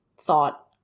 thought